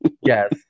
Yes